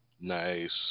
Nice